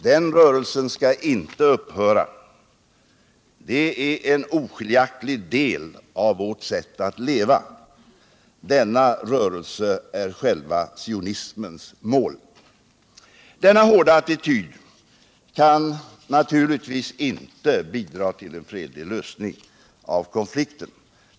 Den rörelsen skall inte upphöra. Den ären oskiljaktig del av vårt sätt att leva. Denna rörelse är själva sionismens mål. Denna hårda attityd kan naturligtvis inte bidra till en fredlig lösning av konflikten.